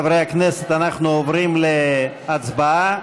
חברי הכנסת, אנחנו עוברים להצבעה.